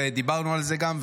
ודיברנו על זה גם.